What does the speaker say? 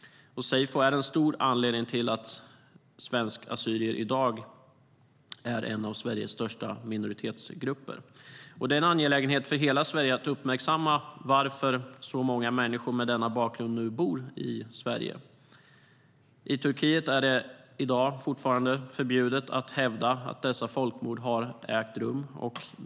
Seyfo är en stor anledning till att svensk-assyrier i dag är en av Sveriges största minoritetsgrupper, och det är en angelägenhet för hela Sverige att uppmärksamma varför så många människor med denna bakgrund nu bor i Sverige.I Turkiet är det i dag fortfarande förbjudet att hävda att dessa folkmord har ägt rum.